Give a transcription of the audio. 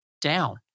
down